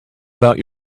about